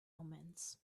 omens